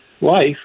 life